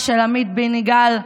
אבא של עמית בן-יגאל,